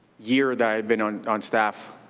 year that i had been on on staff,